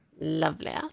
Lovely